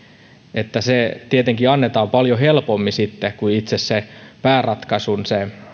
että se tietenkin annetaan paljon helpommin sitten kuin itse sen pääratkaisun